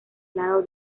lado